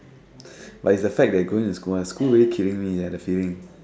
but it's the fact that going to school ah school really killing me sia the feeling